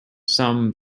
some